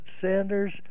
Sanders